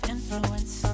Influence